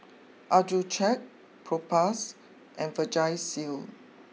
Accucheck Propass and Vagisil